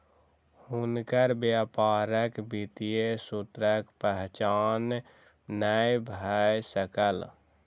हुनकर व्यापारक वित्तीय सूत्रक पहचान नै भ सकल